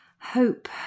hope